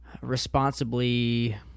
responsibly